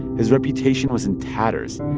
his reputation was in tatters.